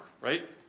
right